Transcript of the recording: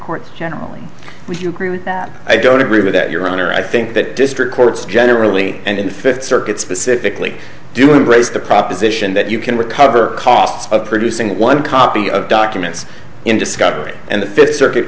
courts generally would you agree with that i don't agree with that your honor i think that district courts generally and fifth circuit specifically do embrace the proposition that you can recover costs of producing one copy of documents in discovery and the fifth circuit